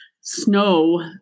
snow